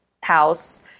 house